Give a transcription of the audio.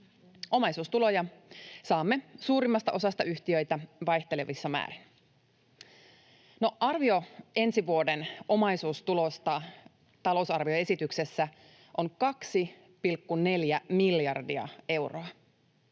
Omaisuustuloja saamme suurimmasta osasta yhtiöitä vaihtelevissa määrin. Arvio ensi vuoden omaisuustuloista talousarvioesityksessä on 2,4 miljardia euroa.